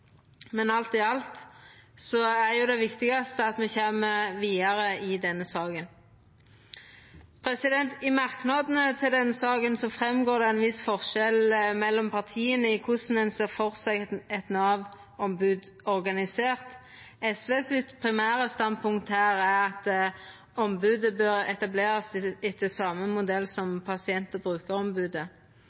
men alt i alt er det viktigaste at me kjem vidare i denne saka. I merknadene til denne saka går det fram at det er ein viss forskjell mellom partia i korleis ein ser føre seg eit Nav-ombod organisert. SV sitt primære standpunkt her er at ombodet bør etablerast etter same modell som